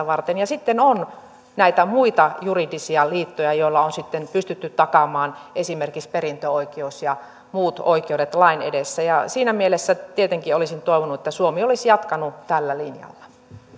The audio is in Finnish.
varten ja sitten on näitä muita juridisia liittoja joilla on sitten pystytty takaamaan esimerkiksi perintöoikeus ja muut oikeudet lain edessä siinä mielessä tietenkin olisin toivonut että suomi olisi jatkanut tällä linjalla